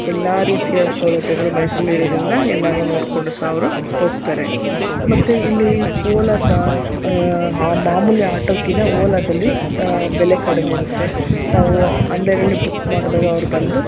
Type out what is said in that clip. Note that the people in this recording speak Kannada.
ಎಲ್ಲ ರೀತಿಯ ಸೌಲಭ್ಯಗಳು ಮೈಸೂರಲ್ಲಿರೋದ್ರಿಂದ ಎಲ್ಲನೂ ನೋಡಿಕೊಂಡು ಸ ಅವರು ಹೋಗ್ತಾರೆ ಮತ್ತು ಇಲ್ಲಿ ಓಲಾ ಸಹ ಆ ಮಾಮೂಲಿ ಆಟೋಕ್ಕಿಂತ ಓಲಾದಲ್ಲಿ ಬೆಲೆ ಕಡಿಮೆ ಇರುತ್ತೆ ನಾವು ಆನ್ಲೈನ್ನಲ್ಲಿ ಬುಕ್ ಮಾಡಿದಾಗ ಅವ್ರು ಬಂದು